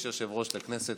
יש יושב-ראש לכנסת,